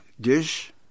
dish